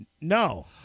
No